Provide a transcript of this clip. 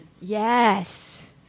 Yes